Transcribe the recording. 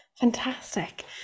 Fantastic